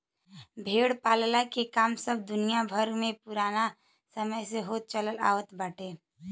भेड़ पालला के काम सब दुनिया भर में पुराना समय से होत चलत आवत बाटे